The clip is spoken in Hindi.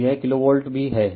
तो यह किलोवोल्ट भी है